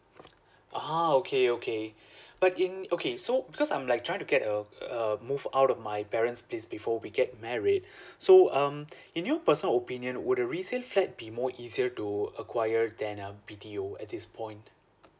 ah okay okay but in okay so because I'm like trying to get a err move out of my parents' place before we get married so um in your personal opinion would a resale flat be more easier to acquire then a B_T_O at this point